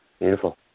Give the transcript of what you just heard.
Beautiful